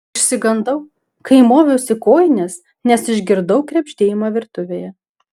išsigandau kai moviausi kojines nes išgirdau krebždėjimą virtuvėje